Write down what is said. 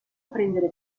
prendere